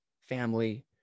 family